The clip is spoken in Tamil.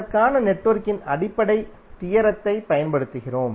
அதற்காக நெட்வொர்க்கின் அடிப்படை தியரத்தைப் பயன்படுத்துகிறோம்